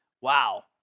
Wow